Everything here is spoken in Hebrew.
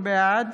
בעד